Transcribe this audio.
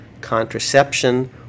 contraception